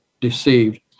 deceived